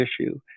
issue